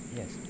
Yes